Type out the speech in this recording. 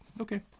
Okay